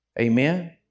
Amen